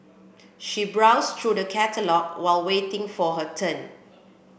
she browsed through the catalogue while waiting for her turn